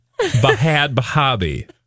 Bahabi